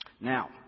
Now